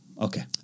Okay